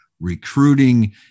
recruiting